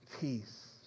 Peace